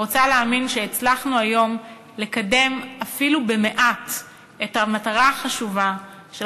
ורוצה להאמין שהצלחנו היום לקדם אפילו במעט את המטרה החשובה של